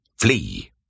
Flee